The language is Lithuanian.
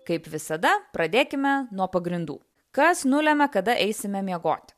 kaip visada pradėkime nuo pagrindų kas nulemia kada eisime miegoti